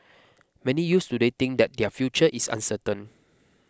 many youths today think that their future is uncertain